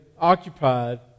occupied